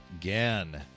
again